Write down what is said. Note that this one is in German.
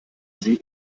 sie